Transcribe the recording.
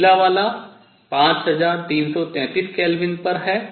नीला वाला 5333 K पर है